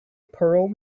pearl